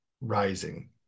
rising